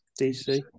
DC